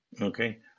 Okay